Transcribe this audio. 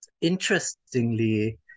interestingly